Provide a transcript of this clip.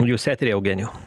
jūs etery eugenijau